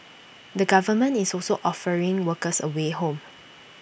the government is also offering workers A way home